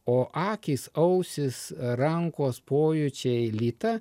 o akys ausys rankos pojūčiai lyta